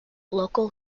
local